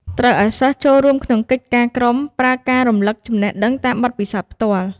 ត្រូវឲ្យសិស្សចូលរួមក្នុងកិច្ចការក្រុម ប្រើការរំលឹកចំណេះដឹងតាមបទពិសោធន៍ផ្ទាល់។